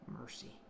mercy